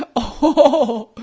ah oh!